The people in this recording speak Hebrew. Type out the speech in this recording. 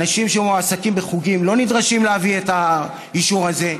אנשים שמועסקים בחוגים לא נדרשים להביא את האישור הזה.